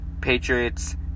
Patriots